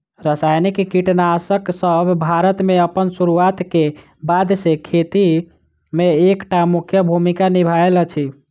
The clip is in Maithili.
रासायनिक कीटनासकसब भारत मे अप्पन सुरुआत क बाद सँ खेती मे एक टा मुख्य भूमिका निभायल अछि